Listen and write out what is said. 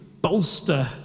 bolster